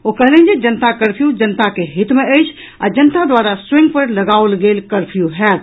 ओ कहलनि जे जनता कर्फ्यू जनता के हित मे अछि आ जनता द्वारा स्वयं पर लगाओल गेल कर्फ्यू होयत